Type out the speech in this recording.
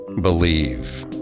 Believe